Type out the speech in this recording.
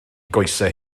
goesau